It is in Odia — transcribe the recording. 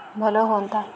ଭଲ ହୁଅନ୍ତା